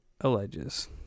alleges